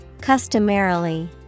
Customarily